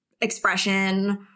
expression